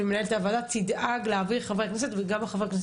ומנהלת הוועדה תדאג להעביר לחברי הכנסת וגם לחברי